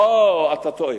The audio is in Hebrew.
אתה טועה.